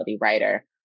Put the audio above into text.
writer